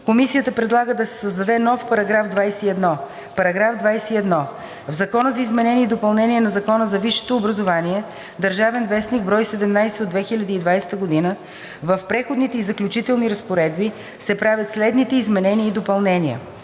Комисията предлага да се създаде нов § 21: „§ 21. В Закона за изменение и допълнение на Закона за висшето образование (ДВ, бр. 17 от 2020 г.) в преходните и заключителните разпоредби се правят следните изменения и допълнения: